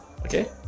Okay